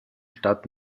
stadt